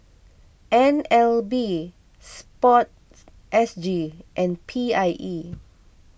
N L B Sports S G and P I E